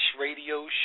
Radio